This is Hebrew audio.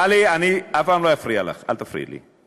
טלי, אני אף פעם לא אפריע לך, אל תפריעי לי.